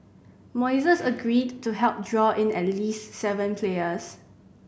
Moises agreed to help draw in at least seven players